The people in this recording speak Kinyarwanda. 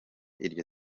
iryo